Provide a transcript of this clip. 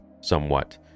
somewhat